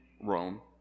Rome